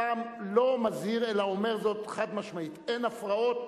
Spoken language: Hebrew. הפעם אני לא מזהיר אלא אומר זאת חד-משמעית: אין הפרעות.